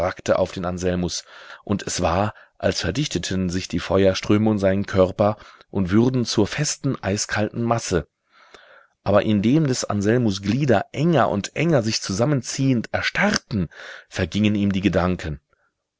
auf den anselmus und es war als verdichteten sich die feuerströme um seinen körper und würden zur festen eiskalten masse aber indem des anselmus glieder enger und enger sich zusammenziehend erstarrten vergingen ihm die gedanken